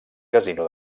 casino